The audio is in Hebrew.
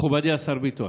מכובדי השר ביטון,